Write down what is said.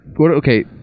okay